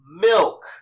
Milk